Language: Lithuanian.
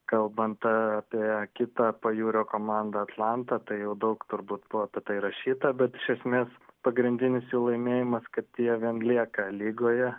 kalbant apie kitą pajūrio komandą atlantą tai jau daug turbūt buvo apie tai rašyta bet iš esmės pagrindinis jų laimėjimas kad jie vien lieka lygoje